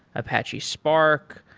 apache spark,